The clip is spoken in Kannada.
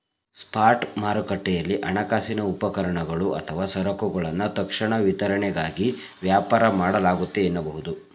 ಸ್ಪಾಟ್ ಮಾರುಕಟ್ಟೆಯಲ್ಲಿ ಹಣಕಾಸಿನ ಉಪಕರಣಗಳು ಅಥವಾ ಸರಕುಗಳನ್ನ ತಕ್ಷಣ ವಿತರಣೆಗಾಗಿ ವ್ಯಾಪಾರ ಮಾಡಲಾಗುತ್ತೆ ಎನ್ನಬಹುದು